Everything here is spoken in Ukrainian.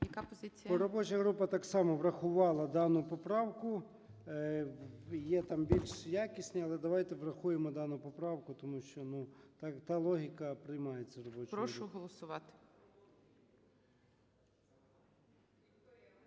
Робоча група так само врахувала дану поправку. Є там більш якісні, але давайте врахуємо дану поправку, тому що та логіка приймається робочою групою.